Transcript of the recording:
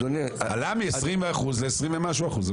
עלה מ-20% ל-20 משהו אחוז.